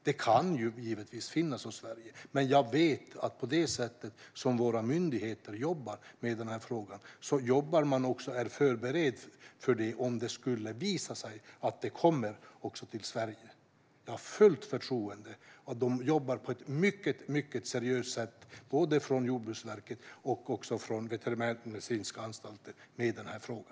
Det kan givetvis finnas i Sverige. Men jag vet att våra myndigheter jobbar med frågan och är förberedda om det skulle visa sig att detta kommer till Sverige. Jag har fullt förtroende för att de jobbar på ett mycket seriöst sätt på både Jordbruksverket och Statens veterinärmedicinska anstalt med denna fråga.